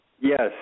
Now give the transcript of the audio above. Yes